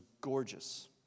gorgeous